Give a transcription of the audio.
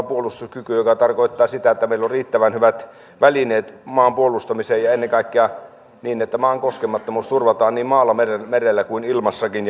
puolustuskyky joka tarkoittaa sitä että meillä on riittävän hyvät välineet maan puolustamiseen ja ennen kaikkea niin että maan koskemattomuus turvataan niin maalla merellä merellä kuin ilmassakin